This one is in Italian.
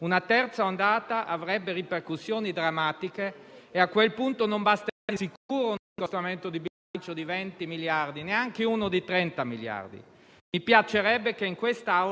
È un'altalena inutile e pericolosa che dimostra che gli ultimi mesi non ci hanno insegnato molto. Bisogna costruire percorsi guidati in ogni momento dalla razionalità e dal buonsenso,